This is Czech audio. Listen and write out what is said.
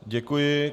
Děkuji.